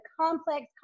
complex